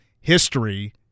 history